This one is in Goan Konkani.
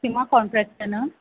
सिमा कोन्ट्रेक्टर न्हू